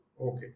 Okay